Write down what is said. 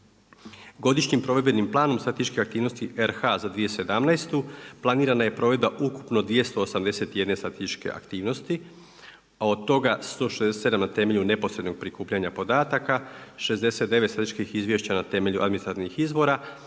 Godišnjim provedbenim planom statističke aktivnosti RH za 2017. planirana je provedba ukupno 281 statističke aktivnosti, a od toga 167 na temelju neposrednog prikupljanja podataka, 69 statističkih izvješća na temelju administrativnih izvora